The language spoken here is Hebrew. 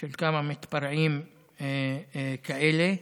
של כמה מתפרעים כאלה.